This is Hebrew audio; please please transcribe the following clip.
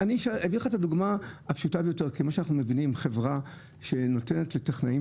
אביא את הדוגמה הפשוטה ביותר: חברה שנותנת לטכנאים